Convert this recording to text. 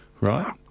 Right